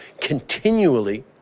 continually